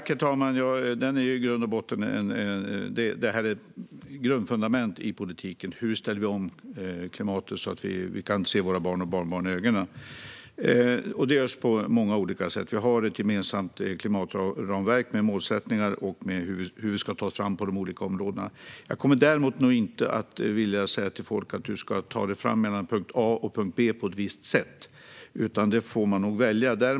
Herr talman! Hur vi ställer om klimatet så att vi kan se våra barn och barnbarn i ögonen är ett grundfundament i politiken, och det görs på många olika sätt. Vi har ett gemensamt klimatramverk med målsättningar om hur vi ska ta oss fram på de olika områdena. Jag kommer däremot inte att säga till folk att de ska ta sig fram mellan punkt A och punkt B på ett visst sätt. Det får de välja.